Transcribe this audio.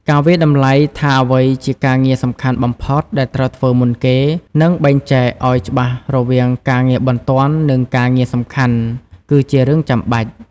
ការវាយតម្លៃថាអ្វីជាការងារសំខាន់បំផុតដែលត្រូវធ្វើមុនគេ និងបែងចែកឲ្យច្បាស់រវាងការងារបន្ទាន់ និងការងារសំខាន់ គឺជារឿងចាំបាច់។